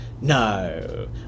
No